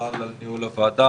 ובכלל על ניהול הוועדה.